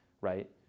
right